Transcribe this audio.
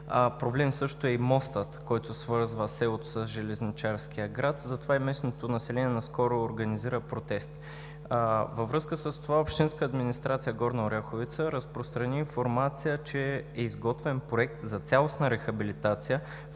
Проблем също е и мостът, който свързва селото със железничарския град, затова и местното население наскоро организира протест. Във връзка с това общинска администрация Горна Оряховица разпространи информация, че е изготвен проект за цялостна рехабилитация,